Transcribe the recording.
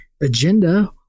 agenda